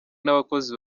n’abakozi